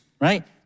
right